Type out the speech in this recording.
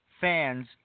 fans